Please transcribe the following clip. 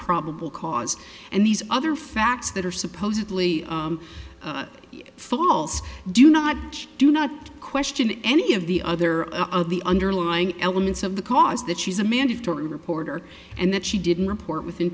probable cause and these other facts that are supposedly false do not do not question any of the other of the underlying elements of the cause that she's a mandatory reporter and that she didn't report within